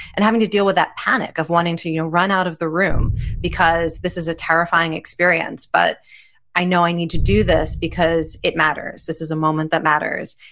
and having to deal with that panic of wanting to you know run out of the room because this is a terrifying experience. but i know i need to do this because it matters. this is a moment that matters.